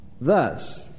Thus